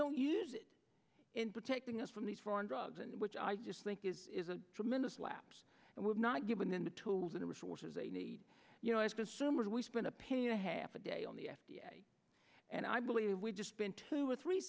don't use it in protecting us from these foreign drugs and which i just think is a tremendous lapse and we're not given in the tools and resources they need you know as consumers we spend a penny a half a day on the f d a and i believe we just spent two or three